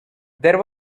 there